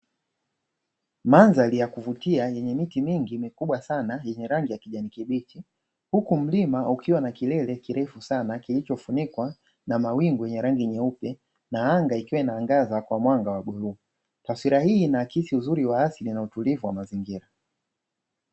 Mandhari ya kuvutia yenye miti mingi mikubwa sana yenye rangi ya kijani kibichi huku mlima ukiwa na kilele kirefu sana kilichofunikwa na mawingu yenye rangi nyeupe na anga ikiwa inaangaza kwa mwanga wa bluu, taswira hii inaaksi uzuri wa asili na utulivu wa mazingira.